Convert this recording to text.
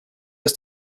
ist